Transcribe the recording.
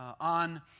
on